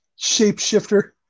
shapeshifter